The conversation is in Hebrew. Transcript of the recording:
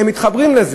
הם מתחברים לזה,